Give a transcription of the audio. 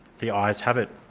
the ayes have it.